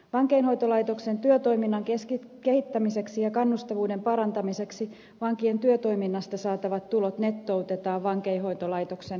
vankeinhoitolaitoksen työtoiminnan kehittämiseksi ja kannustavuuden parantamiseksi vankien työtoiminnasta saatavat tulot nettoutetaan vankeinhoitolaitoksen toimintamomentille